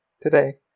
today